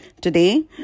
Today